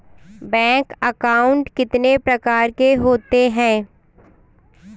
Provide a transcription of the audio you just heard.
Bank account कितने प्रकार के होते हैं?